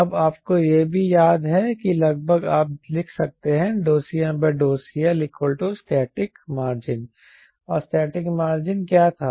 अब आपको यह भी याद है कि लगभग आप लिख सकते हैं CmCLStatic Margin और स्टैटिक मार्जिन क्या था